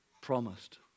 promised